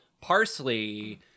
Parsley